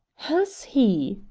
has he?